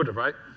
but right?